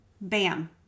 bam